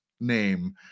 name